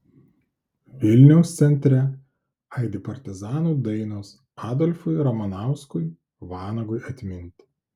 vilniaus centre aidi partizanų dainos adolfui ramanauskui vanagui atminti